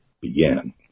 began